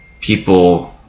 people